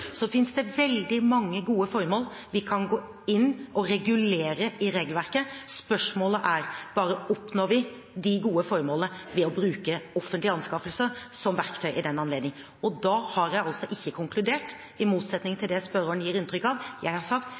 finnes veldig mange gode formål vi kan gå inn og regulere i regelverket. Spørsmålet er bare om vi oppnår de gode formålene ved å bruke offentlige anskaffelser som verktøy. Jeg har altså ikke konkludert, i motsetning til det spørreren gir inntrykk av, jeg har sagt